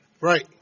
Right